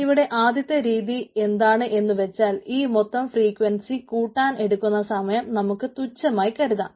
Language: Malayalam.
ഇവിടെ ആദ്യത്തെ രീതി എന്താണ് എന്നു വച്ചാൽ ഈ മൊത്തം ഫ്രീക്വൻസി കൂട്ടാൻ എടുക്കുന്ന സമയം നമുക്ക് തുശ്ചമായി കരുതാം